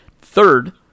Third